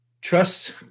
Trust